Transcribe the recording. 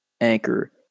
Anchor